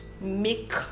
make